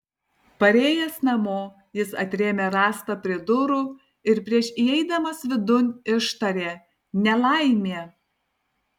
parėjęs namo jis atrėmė rąstą prie durų ir prieš įeidamas vidun ištarė nelaimė